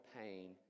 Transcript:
pain